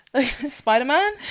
Spider-Man